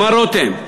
מר רותם,